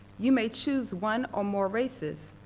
you may choose one or more races.